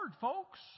folks